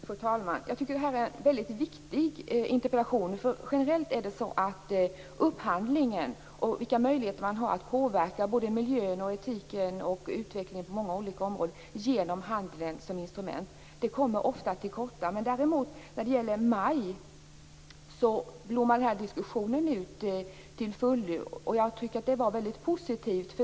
Fru talman! Jag tycker att detta är en mycket viktig interpellation. Generellt är det så att upphandlingen och de möjligheter som man har att påverka miljön, etiken och utvecklingen på många olika områden genom handeln ofta kommer till korta. Men däremot när det gäller MAI blommade denna diskussion upp till fullo, och jag tycker att det var mycket positivt.